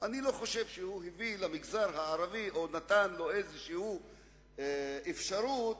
לא נתן למגזר הערבי איזו אפשרות